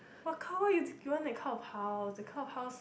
what call you you want that kind of house that kind of house